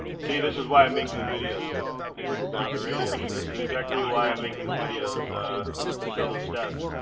see this is why i'm making the videos actually put that on the radio so this is exactly why i'm making the videos just to show those steps,